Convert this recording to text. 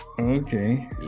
Okay